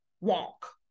walk